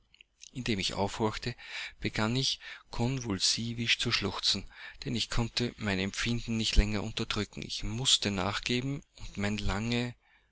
indem ich aufhorchte begann ich konvulsivisch zu schluchzen denn ich konnte mein empfinden nicht länger unterdrücken ich mußte nachgeben und mein lange